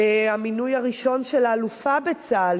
המינוי הראשון של האלופה בצה"ל,